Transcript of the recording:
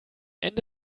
ende